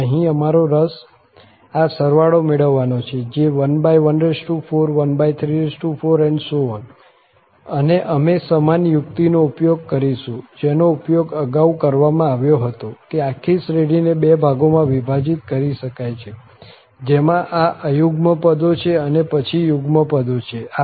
અને અહીં અમારો રસ આ સરવાળો મેળવવાનો છે જે 114134 અને અમે સમાન યુક્તિનો ઉપયોગ કરીશું જેનો ઉપયોગ અગાઉ કરવામાં આવ્યો હતો કે આખી શ્રેઢીને બે ભાગોમાં વિભાજિત કરી શકાય છે જેમાં આ અયુગ્મ પદો અને પછી યુગ્મ પદો છે